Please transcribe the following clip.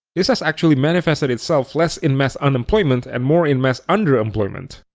this has actually manifested itself less in mass unemployment and more in mass underemployment.